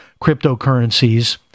cryptocurrencies